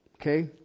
Okay